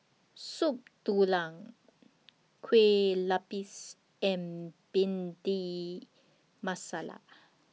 Soup Tulang Kue Lupis and Bhindi Masala